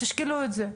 תשקלו את זה,